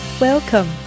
Welcome